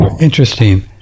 interesting